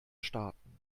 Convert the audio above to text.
starten